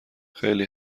خیلی